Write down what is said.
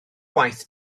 gwaith